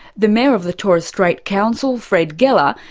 the mayor of the torres strait council, fred gela,